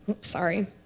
sorry